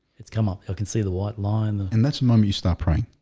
it's come up you can see the white line and that's mum. you start praying.